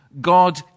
God